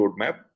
roadmap